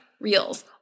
reels